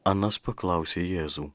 anas paklausė jėzų